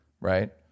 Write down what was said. right